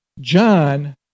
John